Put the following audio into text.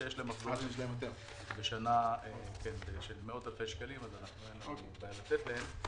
שיש להם מחזורים בשנה של מאות-אלפי שקלים אז אין לנו בעיה לתת להם.